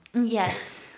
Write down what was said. yes